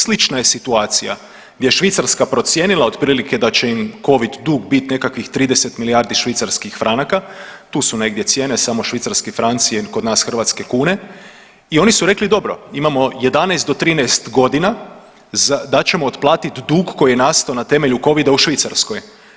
Slična je situacija, gdje je Švicarska procijenila otprilike da će im Covid dug biti nekakvih 30 milijardi švicarskih franaka, tu su negdje cijene, samo švicarski franci i kod nas hrvatske kune i oni su rekli dobro, imamo 11 do 13 godina za da ćemo otplatiti dug koji je nastao na temelju Covida u Švicarskoj.